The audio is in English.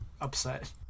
upset